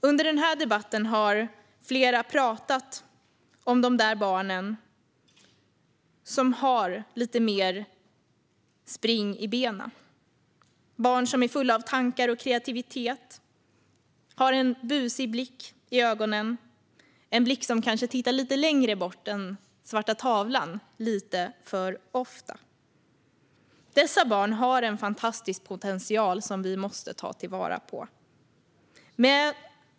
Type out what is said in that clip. Under dagens debatt har flera talat om de där barnen som har lite mer spring i benen - barn som är fulla av tankar och kreativitet och har en busig blick i ögonen, en blick som kanske lite för ofta tittar lite längre bort än svarta tavlan. Dessa barn har en fantastisk potential som vi måste ta till vara.